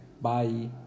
Bye